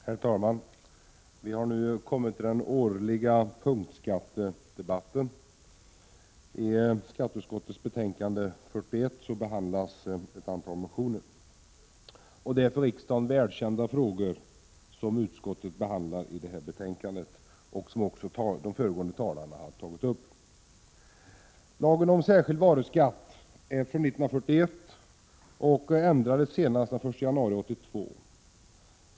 Herr talman! Vi har nu kommit till den årliga punktskattedebatten. I skatteutskottets betänkande 41 behandlas ett antal motioner. Det är för riksdagen välkända frågor som utskottet behandlar i betänkandet och som de föregående talarna har tagit upp. Lagen om särskild varuskatt är från 1941 och ändrades senast 1 januari 1982.